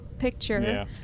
picture